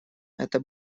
это